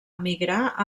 emigrar